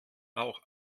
auch